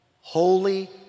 holy